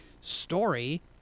story